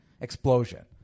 explosion